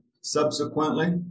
subsequently